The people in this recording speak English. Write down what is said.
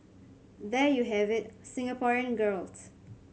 there you have it Singaporean girls